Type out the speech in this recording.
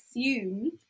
assume